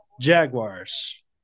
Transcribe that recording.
Jaguars